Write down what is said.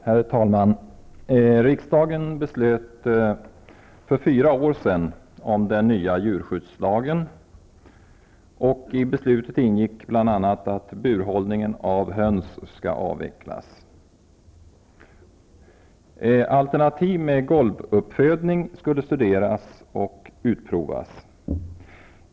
Herr talman! Riksdagen beslöt för fyra år sedan att anta den nya djurskyddslagen, och i beslutet ingick bl.a. att burhållningen av höns skall avvecklas.